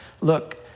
look